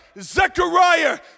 Zechariah